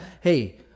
hey